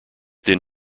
then